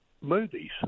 movies